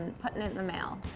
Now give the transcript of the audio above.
putting it in the mail.